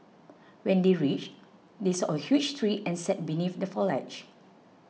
when they reached they saw a huge tree and sat beneath the foliage